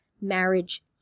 marriage